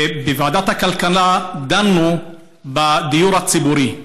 ובוועדת הכלכלה דנו בדיור הציבורי.